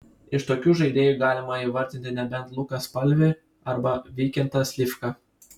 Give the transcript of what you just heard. iš tokių žaidėjų galima įvardinti nebent luką spalvį arba vykintą slivką